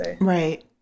Right